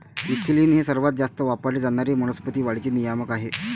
ethylene हे सर्वात जास्त वापरले जाणारे वनस्पती वाढीचे नियामक आहे